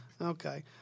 okay